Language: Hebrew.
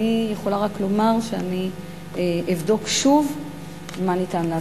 אני יכולה רק לומר שאני אבדוק שוב מה ניתן לעשות,